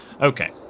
Okay